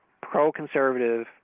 pro-conservative